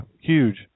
huge